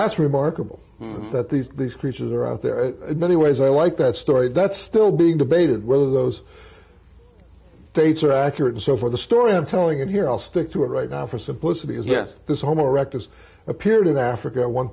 that's remarkable that these these creatures are out there are many ways i like that story that's still being debated whether those states are accurate and so for the story i'm telling it here i'll stick to it right now for simplicity is yes this homo erectus appeared in africa at one